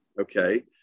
Okay